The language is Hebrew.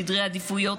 סדרי עדיפויות,